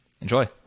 Enjoy